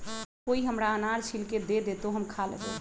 कोई हमरा अनार छील के दे दे, तो हम खा लेबऊ